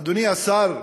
אדוני השר,